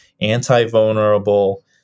anti-vulnerable